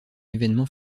événement